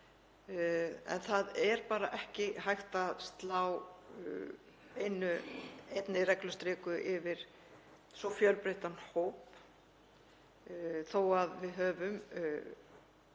en það er bara ekki hægt að slá einni reglustiku yfir svo fjölbreyttan hóp þó að við höfum